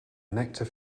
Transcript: nectar